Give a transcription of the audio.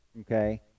okay